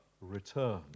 return